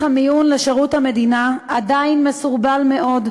המיון לשירות המדינה עדיין מסורבל מאוד,